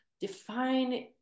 define